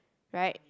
right